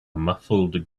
muffled